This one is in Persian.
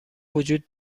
وجود